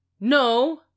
no